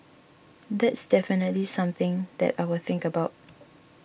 that's definitely something that I will think about